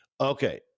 Okay